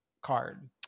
card